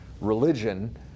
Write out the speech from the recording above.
religion